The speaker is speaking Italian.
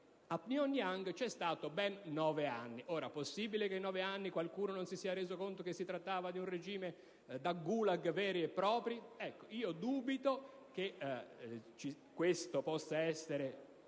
a Pyongyang c'è stato ben nove anni. Ora, possibile che in nove anni nessuno si sia reso conto che si trattava di un regime da *gulag* veri e propri? Dubito che questo possa essere